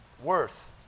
Worth